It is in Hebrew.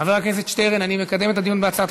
חבר הכנסת שטרן, אני מקדים את הדיון בהצעתך.